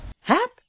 Hap